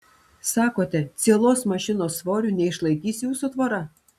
sakote cielos mašinos svorio neišlaikys jūsų tvora